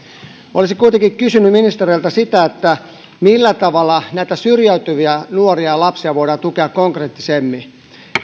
olisin kuitenkin kysynyt ministereiltä siitä millä tavalla näitä syrjäytyviä nuoria ja lapsia voidaan tukea konkreettisemmin